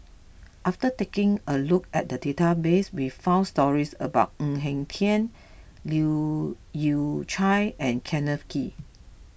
after taking a look at the database we found stories about Ng Eng Hen Leu Yew Chye and Kenneth Kee